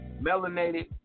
Melanated